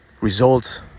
results